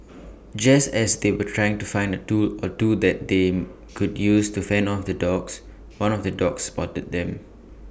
just as they were trying to find A tool or two that they could use to fend off the dogs one of the dogs spotted them